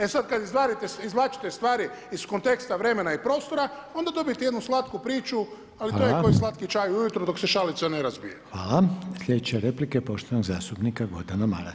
E sada, kada izvlačite stvari iz konteksta vremena i prostora, onda dobijete jednu slatku priču, ali to je kao i slatki čaj ujutro dok se šalica ne razbije.